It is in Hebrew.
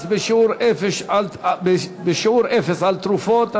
מס בשיעור אפס על תרופות),